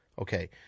Okay